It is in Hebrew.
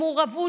עם מעורבות,